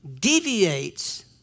deviates